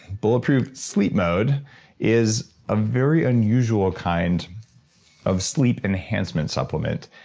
bulletproof sleep mode is a very unusual kind of sleep enhancement supplement,